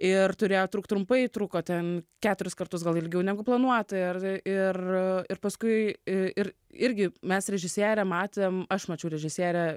ir turėjo trukt trumpai truko ten keturis kartus gal ilgiau negu planuota ir ir ir paskui ir irgi mes režisierę matėm aš mačiau režisierę